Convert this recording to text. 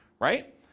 Right